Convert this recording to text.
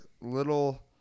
little